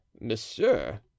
monsieur